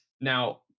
now